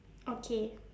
okay